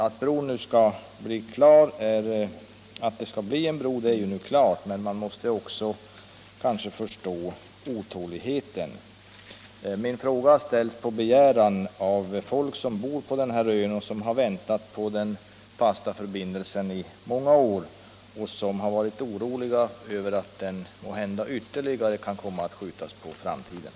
Att det skall bli en bro är ju nu klart, men man måste kanske förstå otåligheten. Min fråga ställdes på begäran av folk som bor på Seskarö och som väntat i många år på den fasta förbindelsen och varit oroliga över att den måhända ytterligare skulle skjutas på framtiden.